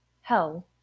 hell